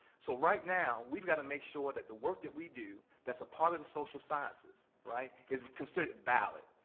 so right now, we've got to make sure that the work that we do that's a part of the social sciences, right, is considered valid,